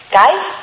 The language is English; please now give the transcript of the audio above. guys